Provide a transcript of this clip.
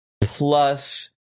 plus